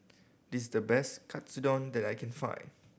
this the best Katsudon that I can find